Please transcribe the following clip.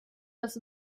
das